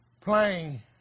playing